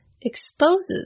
exposes